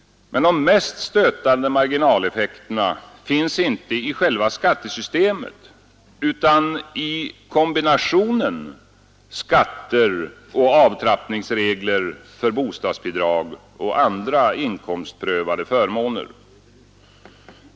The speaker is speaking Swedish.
Men de mest stötande marginaleffekterna finns inte i själva skattesystemet utan i kombinationen av ökad skatt och avtrappningsregler för bostadsbidrag och andra inkomstprövade förmåner.